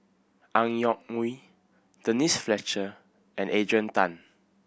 Ang Yoke Mooi Denise Fletcher and Adrian Tan